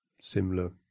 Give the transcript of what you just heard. similar